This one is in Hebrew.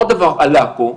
עוד דבר עלה פה,